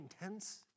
intense